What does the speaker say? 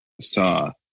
saw